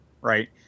right